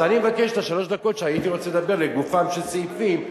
אז אני מבקש את שלוש הדקות שהייתי רוצה לדבר לגופם של סעיפים,